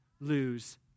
lose